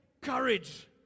courage